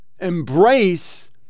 embrace